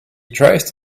dressed